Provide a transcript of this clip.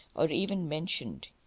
or even mentioned.